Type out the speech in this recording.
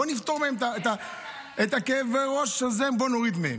בואו נפתור להם את הכאב ראש הזה, בואו נוריד מהם.